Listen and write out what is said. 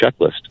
checklist